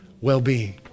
well-being